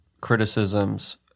criticisms